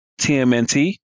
TMNT